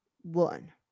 one